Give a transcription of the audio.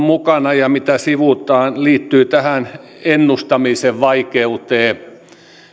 mukana ja mitä sivutaan liittyy tähän ennustamisen vaikeuteen